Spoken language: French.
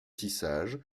tissage